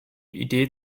idee